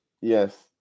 Yes